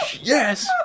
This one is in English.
yes